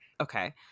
okay